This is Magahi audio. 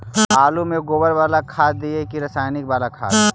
आलु में गोबर बाला खाद दियै कि रसायन बाला खाद?